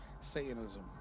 Satanism